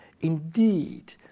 indeed